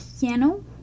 piano